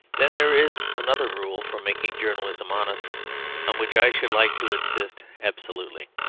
then there is another rule for making journalism honest on which i should like to insist absolutely.